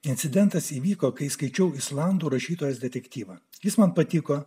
incidentas įvyko kai skaičiau islandų rašytojas detektyvą jis man patiko